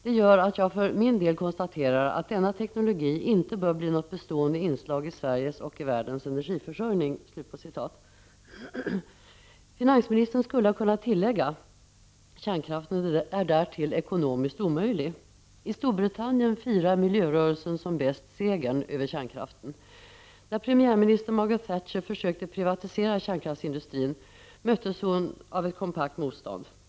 —- Det gör att jag för min del konstaterar att denna teknologi inte bör bli något bestående inslag i Sveriges och i världens energiförsörjning.” Finansministern skulle ha kunnat tillägga: Kärnkraften är därtill ekonomiskt omöjlig. I Storbritannien firar miljörörelsen som bäst segern över kärnkraften. När premiärminister Margaret Thatcher försökte privatisera kärnkraftsindustrin möttes hon av ett kompakt motstånd.